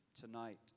tonight